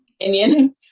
opinion